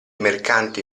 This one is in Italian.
mercanti